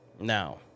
Now